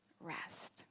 Rest